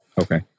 Okay